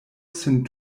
sin